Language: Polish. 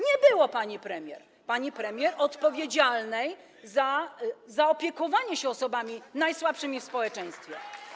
Nie było pani premier, odpowiedzialnej za zaopiekowanie się osobami najsłabszymi w społeczeństwie.